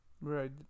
Right